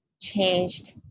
changed